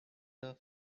the